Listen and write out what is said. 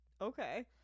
okay